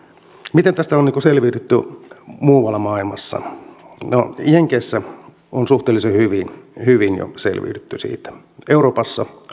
miten tästä on selviydytty muualla maailmassa no jenkeissä on suhteellisen hyvin hyvin jo selviydytty siitä euroopassa